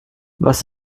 was